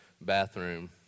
bathroom